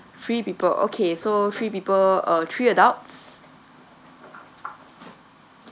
three people okay so three people uh three adults